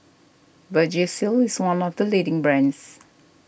Vagisil is one of the leading brands